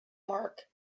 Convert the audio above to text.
mark